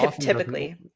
typically